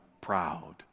proud